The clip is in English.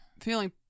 feeling